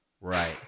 right